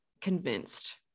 convinced